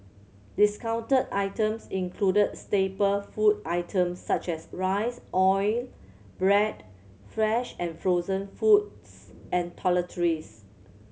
discounted items included staple food items such as rice oil bread fresh and frozen foods and toiletries